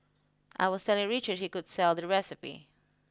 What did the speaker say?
I was telling Richard he could sell the recipe